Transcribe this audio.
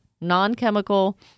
Non-chemical